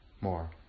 more